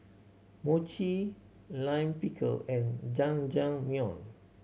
Mochi Lime Pickle and Jajangmyeon